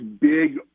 big